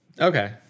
Okay